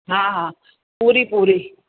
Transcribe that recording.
हा हा पूरी पूरी